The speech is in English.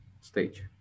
stage